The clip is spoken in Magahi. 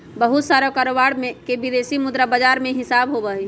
बहुत सारा कारोबार के विदेशी मुद्रा बाजार में हिसाब होबा हई